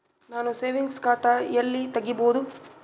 ನಾನು ಸೇವಿಂಗ್ಸ್ ಖಾತಾ ಎಲ್ಲಿ ತಗಿಬೋದು?